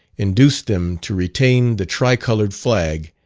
induced them to retain the tri-coloured flag,